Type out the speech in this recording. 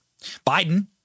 Biden